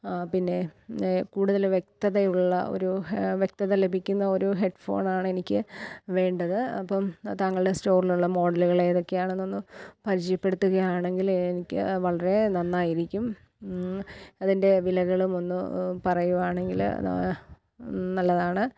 ആ പിന്നെ കൂടുതല് വ്യക്തതയുള്ള ഒരു വ്യക്തത ലഭിക്കുന്ന ഒരു ഹെഡ് ഫോണാണ് എനിക്ക് വേണ്ടത് അപ്പോള് താങ്കളുടെ സ്റ്റോറിലുള്ള മോഡലുകൾ ഏതൊക്കെയാണെന്നൊന്നു പരിചയപ്പെടുത്തുകുയാണെങ്കിൽ എനിക്ക് വളരെ നന്നായിരിക്കും അതിൻ്റെ വിലകളും ഒന്ന് പറയുകയാണെങ്കിൽ നല്ലതാണ്